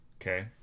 Okay